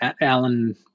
Alan